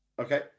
Okay